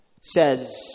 says